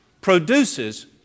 produces